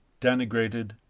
denigrated